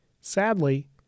Sadly